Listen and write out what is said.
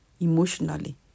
emotionally